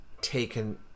taken